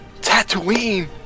Tatooine